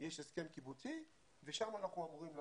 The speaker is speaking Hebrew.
יש הסכם קיבוצי ושם אנחנו אמורים לדון.